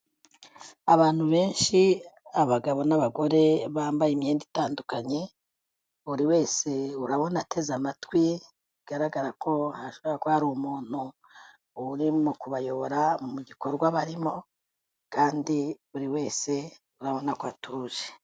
Abantu benshi abagabo n'abagore bambaye imyenda itandukanye buri wese urabona ateze amatwi bigaragara ko hashobora kuba hari umuntu uri mu kubayobora mu gikorwa barimo kandi buri wese urabona ko atuje.